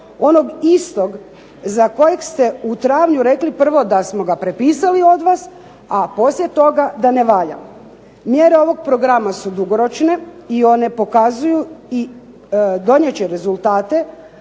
onog istog za kojeg ste u travnju rekli prvo da smo ga prepisali od vas, a poslije toga da ne valja. Mjere ovog programa su dugoročne, i one pokazuju i donijet će rezultate